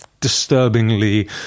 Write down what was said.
disturbingly